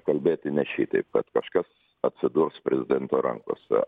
kalbėti ne šitaip kad kažkas atsidurs prezidento rankose